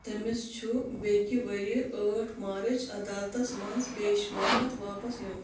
تٔمِس چھُ بیٛکہِ ؤرِیہِ ٲٹھ مارٕچ عدالتَس منٛز پیش باپتھ واپس یُن